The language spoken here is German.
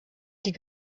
die